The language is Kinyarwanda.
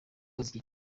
icyiciro